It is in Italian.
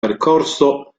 percorso